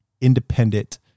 independent